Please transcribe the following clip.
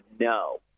no